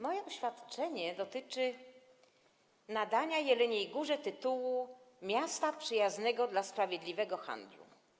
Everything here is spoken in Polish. Moje oświadczenie dotyczy nadania Jeleniej Górze tytułu Miasto Przyjazne dla Sprawiedliwego Handlu.